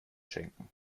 schenken